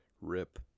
Rip